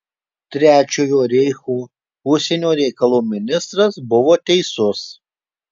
trečiojo reicho užsienio reikalų ministras buvo teisus